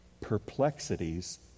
perplexities